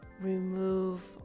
remove